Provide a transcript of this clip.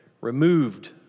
removed